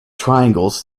triangles